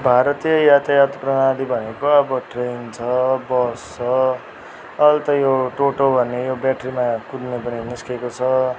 भारतीय यातायात प्रणाली भनेको अब ट्रेन छ बस छ अहिले त यो टोटो भन्ने यो ब्याट्रीमा कुद्ने पनि निस्केको छ